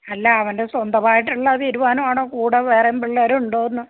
അല്ല അവൻ്റെ സ്വന്തമായിട്ടുള്ള തീരുമാനമാണോ കൂടെ വേറെയും പിള്ളേർ ഉണ്ടോ എന്ന്